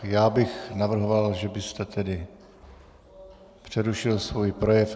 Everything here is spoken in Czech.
Já bych navrhoval, že byste tedy přerušil svůj projev.